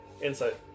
insight